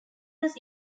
was